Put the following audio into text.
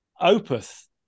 opus